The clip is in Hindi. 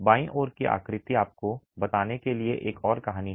बाईं ओर की आकृति आपको बताने के लिए एक और कहानी है